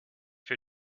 für